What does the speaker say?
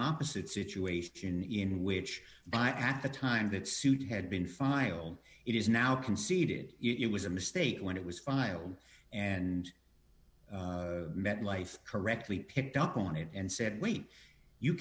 opposite situation in which by at the time that suit had been final it is now conceded it was a mistake when it was filed and metlife correctly picked up on it and said wait you